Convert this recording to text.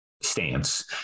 Stance